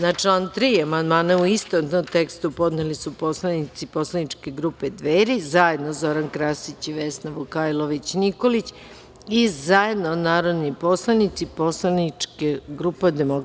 Na član 3. amandmane u istovetnom tekstu podneli su poslanici poslaničke grupe Dveri, zajedno Zoran Krasić i Vesna Vukajlović Nikolić, i zajedno narodni poslanici poslaničke grupe DS.